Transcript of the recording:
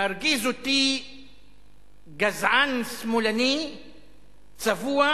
מרגיז אותי גזען שמאלני צבוע